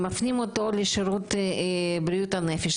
מפנים אותו לשירות בריאות הנפש,